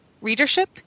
readership